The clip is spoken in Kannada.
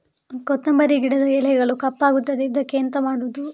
ಕೊತ್ತಂಬರಿ ಗಿಡದ ಎಲೆಗಳು ಕಪ್ಪಗುತ್ತದೆ, ಇದಕ್ಕೆ ಎಂತ ಮಾಡೋದು?